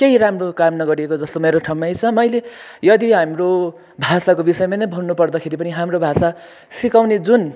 र केही राम्रो काम नगरेको जस्तो मेरो ठमाइ छ मैले यदि हाम्रो भाषाको विषयमा नै भन्नुपर्दा खेरी पनि हाम्रो भाषा सिकाउने जुन